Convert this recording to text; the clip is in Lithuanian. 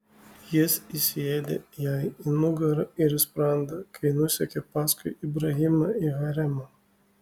jis įsiėdė jai į nugarą ir į sprandą kai nusekė paskui ibrahimą į haremą